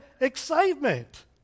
excitement